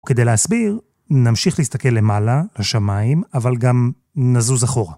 כדי להסביר, נמשיך להסתכל למעלה, לשמיים, אבל גם נזוז אחורה.